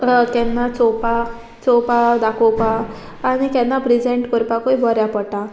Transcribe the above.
केन्ना चोवपा चोवपा दाखोवपा आनी केन्ना प्रेजेंट करपाकूय बोऱ्या पडटा